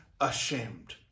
ashamed